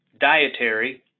dietary